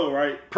right